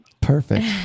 Perfect